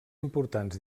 importants